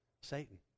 Satan